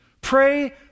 Pray